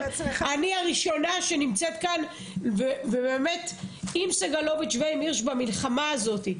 אני הראשונה שנמצאת כאן ובאמת עם סגלוביץ' ועם הירש במלחמה הזאת.